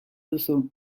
duzu